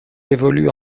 évolue